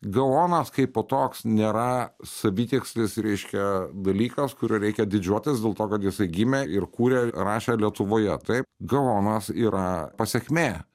gaonas kaip po toks nėra savitikslis reiškia dalykas kuriuo reikia didžiuotis dėl to kad jisai gimė ir kūrė rašė lietuvoje taip gaonas yra pasekmė